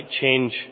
change